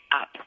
up